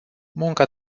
munca